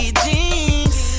jeans